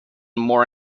more